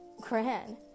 grand